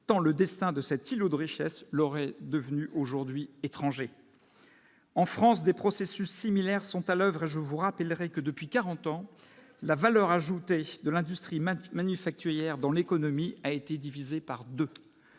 tant le destin de cet îlot de richesse l'est devenue, aujourd'hui, étrangers en France des processus similaires sont à l'oeuvre et je vous rappellerai que depuis 40 ans, la valeur ajoutée de l'industrie manufacturière dans l'économie a été divisé par 2,